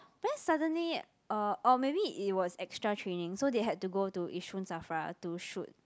then suddenly uh or maybe it was extra training so they had to go to Yishun Safra to shoot